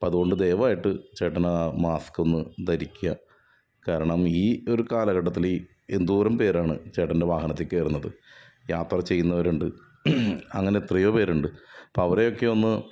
അപ്പം അത് കൊണ്ട് ദയവായിട്ട് ചേട്ടനാ മാസ്ക്കൊന്ന് ധരിക്കുക കാരണം ഈ ഒരു കാലഘട്ടത്തില് എന്തോരം പേരാണ് ചേട്ടൻ്റെ വാഹനത്തിൽ കയറുന്നത് യാത്ര ചെയ്യുന്നവരുണ്ട് അങ്ങനെ എത്രയോ പേരുണ്ട് അപ്പം അവരൊക്കെ ഒന്ന്